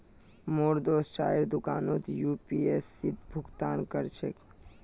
मोर दोस्त चाइर दुकानोत यू.पी.आई स भुक्तान कर छेक